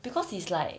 because it's like